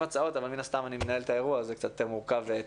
הצעות אבל אני מנהל את האירוע אז זה קצת יותר מורכב טכנית.